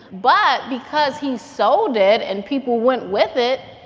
but because he sold it and people went with it,